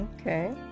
Okay